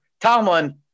Tomlin